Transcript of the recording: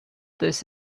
this